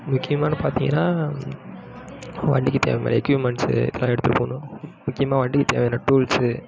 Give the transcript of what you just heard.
முக்கியமான்னு பார்த்திங்கன்னா வண்டிக்கு தேவையான எக்யூப்மெண்ட்ஸு இதெல்லாம் எடுத்துட்டு போகணும் முக்கியமாக வண்டிக்கு தேவையான டூல்ஸு